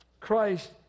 Christ